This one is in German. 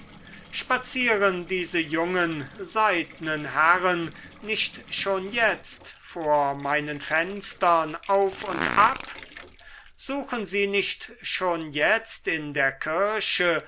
spazieren diese jungen seidnen herren nicht schon jetzt vor meinen fenstern auf und ab suchen sie nicht schon jetzt in der kirche